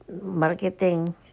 Marketing